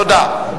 תודה.